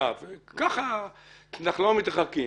לא מתרחקים.